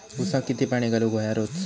ऊसाक किती पाणी घालूक व्हया रोज?